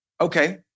Okay